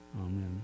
Amen